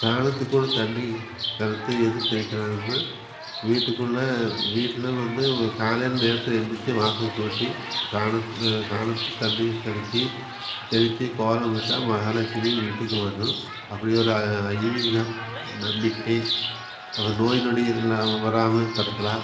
சாணத்துக்கூட தண்ணீர் கலந்து எதுக்கு தெளிக்கிறாங்கன்னால் வீட்டுக்குள்ளே வீட்டில் வந்து காலையில் நேரத்தில் எந்துருச்சி வாசல் கூட்டி சாணம் சாணத்து தண்ணி கலக்கி தெளித்து கோலமிட்டால் மகாலெட்சுமி வீட்டுக்கு வரும் அப்படி ஒரு ஐதீகம் நம்பிக்கை அப்புறோம் நோய் நொடி இல்லாமல் வராமலும் தடுக்கலாம்